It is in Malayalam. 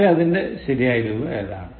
പക്ഷേ അതിൻറെ ശരിയായ രൂപം ഏതാണ്